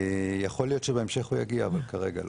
יכול להיות שבהמשך הוא יגיע אבל כרגע לא.